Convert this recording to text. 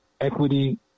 equity